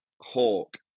hawk